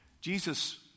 Jesus